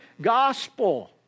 gospel